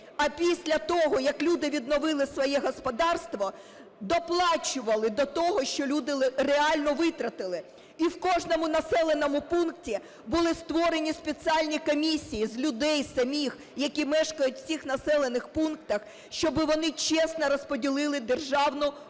А після того, як люди відновили своє господарство, доплачували до того, що люди реально витратили. І в кожному населеному пункті були створені спеціальні комісії з людей самих, які мешкають в цих населених пунктах, щоб вони чесно розподілили державну урядову